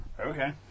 Okay